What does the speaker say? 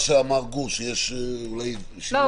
מה שאמר גור, שיש אולי שינוי.